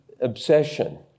obsession